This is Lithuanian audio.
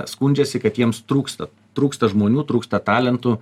skundžiasi kad jiems trūksta trūksta žmonių trūksta talentų